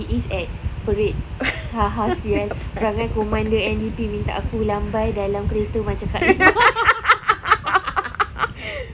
he is at parade ha ha [sial] perangai commander N_D_P minta aku lambai dalam kereta macam kak limah